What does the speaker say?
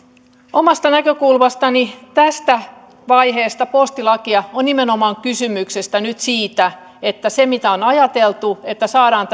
omasta näkökulmastani tässä vaiheessa postilakia on nimenomaan kysymys nyt siitä että se miten on ajateltu että saadaan